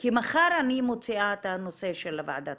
כי מחר אני מוציאה את הנושא של ועדת